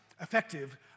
effective